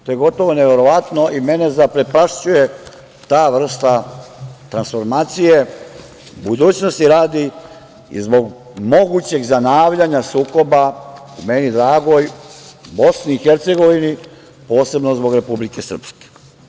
To je gotovo neverovatno i mene zaprepašćuje ta vrsta transformacije, budućnosti radi i zbog mogućeg zanavljanja sukoba u meni dragoj BiH, posebno zbog Republike Srpske.